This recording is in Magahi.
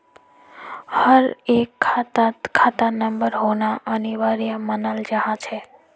हर एक खातात खाता नंबर होना अनिवार्य मानाल जा छे